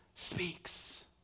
speaks